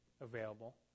available